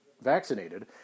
vaccinated